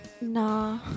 Nah